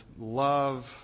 love